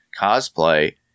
cosplay